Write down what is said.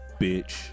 bitch